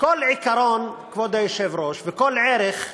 כל עיקרון, כבוד היושב-ראש, וכל ערך,